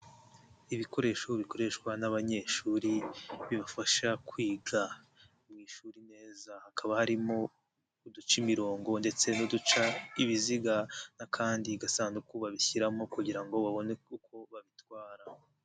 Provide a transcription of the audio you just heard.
Ibikoresho bikoreshwa n'abanyeshuri bibafasha kwiga mu ishuri neza hakaba harimo uducamirongo ndetse n'uduca ibiziga n'akandi gasanduku babishyiramo kugira ngo babone uko babitwara.